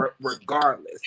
regardless